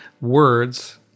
Words